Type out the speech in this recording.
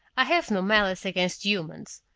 i have no malice against humans.